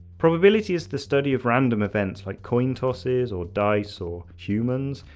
probability is the study of random events like coin tosses or dice or humans,